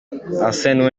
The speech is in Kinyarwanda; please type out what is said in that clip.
arsene